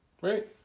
right